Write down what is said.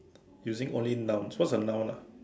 using only nouns what's a noun ah